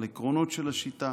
על העקרונות של השיטה